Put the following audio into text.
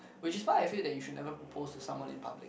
which is why I feel that you should never propose to someone in public